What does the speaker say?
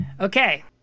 Okay